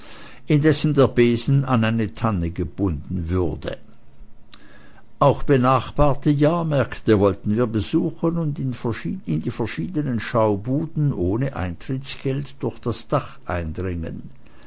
indessen der besen an eine tanne gebunden würde auch benachbarte jahrmärkte wollten wir besuchen und in die verschiedenen schaubuden ohne eintrittsgeld durch das dach eindringen